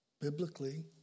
biblically